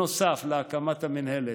נוסף להקמת המינהלת,